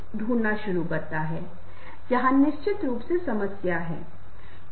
इसलिए दूसरों को प्रेरित करने के लिए साथी सहयोगियों के लिए एक अच्छी संचार क्षमता अच्छा रिश्ता और समझ होनी चाहिए